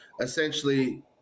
essentially